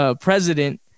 president